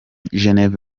geneve